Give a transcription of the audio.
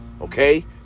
Okay